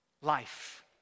life